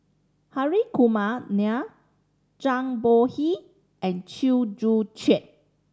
Hri Kumar Nair Zhang Bohe and Chew Joo Chiat